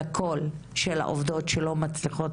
על מנת להיות הקול של אותן עובדות שלא מצליחות